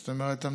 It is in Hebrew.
זאת אומרת,